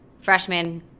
freshman